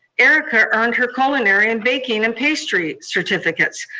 erica earned her culinary in baking and pastry certificates.